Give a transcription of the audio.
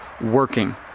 working